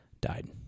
died